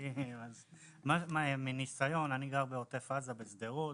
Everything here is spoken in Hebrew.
אני גר בעוטף עזה, בשדרות.